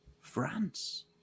France